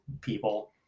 people